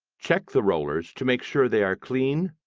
check the rollers to make sure they are clean,